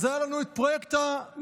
אז היה לנו את פרויקט המטרו,